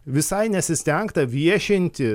visai nesistengta viešinti